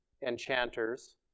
enchanters